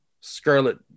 Scarlet